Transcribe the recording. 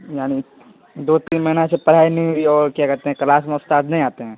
یعنی دو تین مہینہ سے پڑھائی نہیں ہوئی ہے اور کیا کہتے ہیں کلاس میں استاد نہیں آتے ہیں